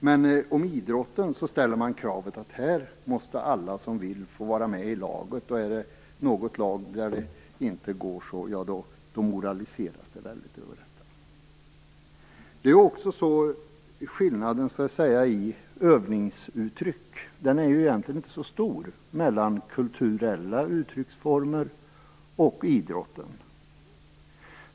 Men på idrotten ställer man kravet att här måste alla som vill få vara med i laget, och om det inte går i något lag, moraliseras det väldigt över detta. Skillnaden i övningsuttryck är egentligen inte så stor mellan kulturella uttrycksformer och idrotten.